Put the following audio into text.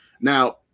Now